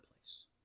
place